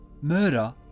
Murder